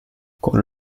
con